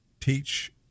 teach